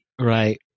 right